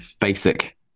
basic